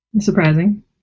surprising